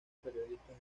periodistas